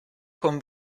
con